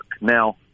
Now